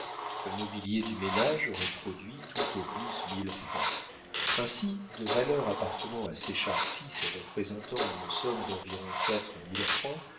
le mobilier du ménage aurait produit tout au plus mille francs ainsi de valeurs appartenant à séchard fils et représentant une somme d'environ quatre mille francs